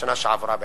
בשנה שעברה בעצם,